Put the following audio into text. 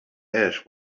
ash